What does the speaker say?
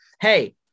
hey